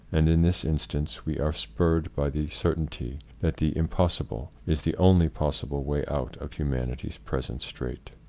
and in this instance we are spurred by the certainty that the im possible is the only possible way out of humanity's present strait.